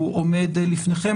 הוא עומד לפניכם,